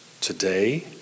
Today